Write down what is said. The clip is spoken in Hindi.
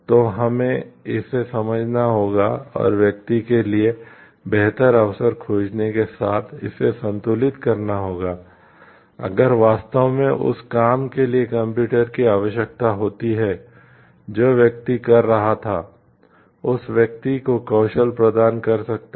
तो हमें इसे समझना होगा और व्यक्ति के लिए बेहतर अवसर खोजने के साथ इसे संतुलित करना होगा अगर वास्तव में उस काम के लिए कंप्यूटर की आवश्यकता होती है जो व्यक्ति कर रहा था उस व्यक्ति को कौशल प्रदान कर सकता है